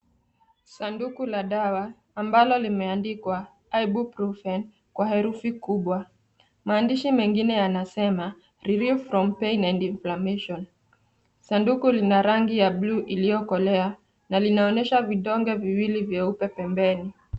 Sanduku la dawa ambalo limeandikwa Ibuprofen kwa herufi kubwa . Maandishi mengine yanasema relief from pain and inflamation . Sanduku lina rangi ya bluu iliyokolea na inaonyesha vidonge viwili vyeupe pembeni.